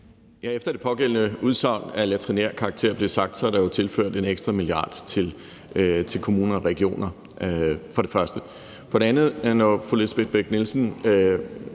efter det pågældende udsagn af latrinær karakter blev fremført, er der jo tilført en ekstra milliard til kommuner og regioner. For det andet vil jeg sige: